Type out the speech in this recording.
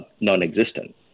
non-existent